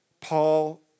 Paul